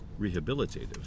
rehabilitative